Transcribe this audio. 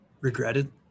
regretted